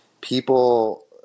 people